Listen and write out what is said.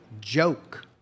joke